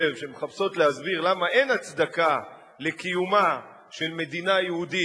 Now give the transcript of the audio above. למה אין הצדקה לקיומה של מדינה יהודית,